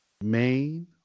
Main